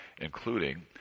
including